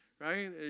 Right